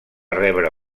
rebre